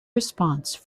response